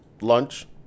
lunch